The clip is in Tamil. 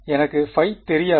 எனக்கு ϕ தெரியாது